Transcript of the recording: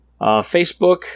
Facebook